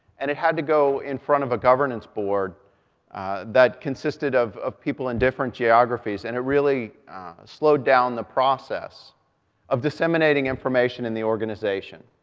and it had to go in front of a governance board that consisted of of people in different geographies, and it really slowed down the process of disseminating information in the organization.